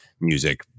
music